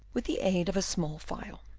with the aid of a small file.